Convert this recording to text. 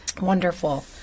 Wonderful